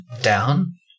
down